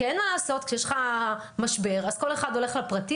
כי אין מה לעשות: כשיש לך משבר אז כל אחד הולך לפרטי,